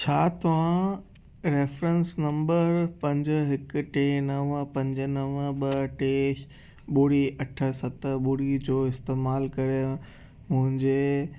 छा तव्हां reference number पंज हिकु टे नवं पंज नवं ॿ टे ॿुड़ी अठ सत ॿुड़ी जो इस्तेमालु करे मुंहिंजे